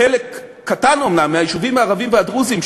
בחלק קטן אומנם מהיישובים הערביים והדרוזיים,